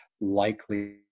likely